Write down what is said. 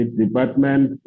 department